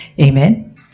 Amen